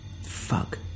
Fuck